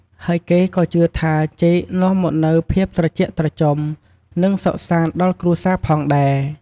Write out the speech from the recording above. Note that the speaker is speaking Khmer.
ហើយគេក៏ជឿថាចេកនាំមកនូវភាពត្រជាក់ត្រជុំ និងសុខសាន្តដល់គ្រួសារផងដែរ។